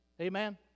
Amen